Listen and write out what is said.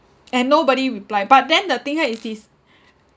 and nobody reply but then the thing here is this